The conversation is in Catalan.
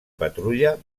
patrulla